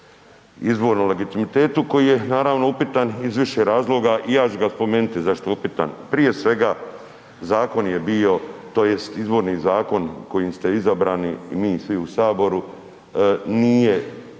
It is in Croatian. izbornom legitimitetu koji je naravno upitan iz više razloga i ja ću ga spomenuti zašto je upitan, prije svega zakon je bio tj. izborni zakon kojim ste izabrani i mi svi u Saboru nije